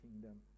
kingdom